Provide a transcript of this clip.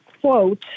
quote